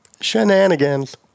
Shenanigans